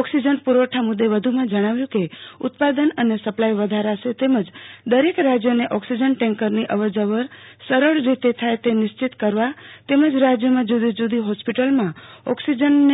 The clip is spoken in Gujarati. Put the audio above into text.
ઓકિસજન પુરવઠઠા મુદે વધુમાં જણાવ્યું હતું કે ઉત્પાદન અને સપ્લાય વધારશે તેમજ દરેક રાજયોને ઓકિસજનના ટેન્કરની અવરજવર સરળ રીતે થાય તે નિશ્ચિત કરવુ તેમજ રાજયોમાં જૂદો જુદો હોસ્પિટલોમાં ઓકિસજન